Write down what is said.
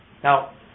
Now